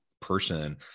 person